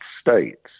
States